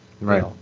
Right